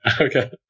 Okay